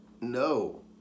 No